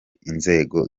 inzego